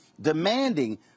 demanding